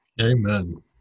Amen